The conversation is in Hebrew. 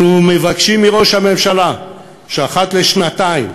אנחנו מבקשים מראש הממשלה שאחת לשנתיים